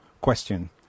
question